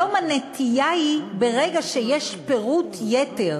היום הנטייה היא, ברגע שיש פירוט יתר,